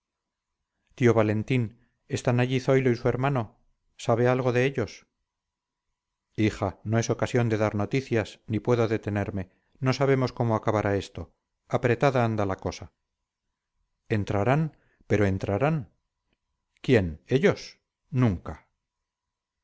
tío valentín están allí zoilo y su hermano sabe algo de ellos hija no es ocasión de dar noticias ni puedo detenerme no sabemos cómo acabará esto apretada anda la cosa entrarán pero entrarán quién ellos nunca